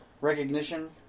recognition